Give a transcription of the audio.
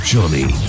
Johnny